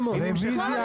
עלה בידו.